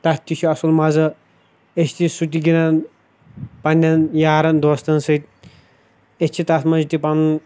تَتھ تہِ چھُ اَصٕل مَزٕ أسۍ تہِ سُہ تہِ گِنٛدان پَںٛنٮ۪ن یارَن دوستَن سٕتۍ أسۍ چھِ تَتھ منٛز تہِ پںُن